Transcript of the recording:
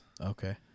Okay